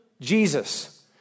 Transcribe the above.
Jesus